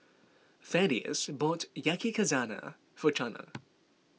Thaddeus bought Yakizakana for Chana